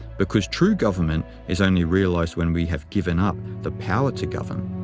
because true government is only realized when we have given up the power to govern.